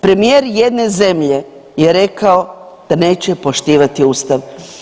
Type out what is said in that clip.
Premijer jedne zemlje je rekao da neće poštivati Ustav.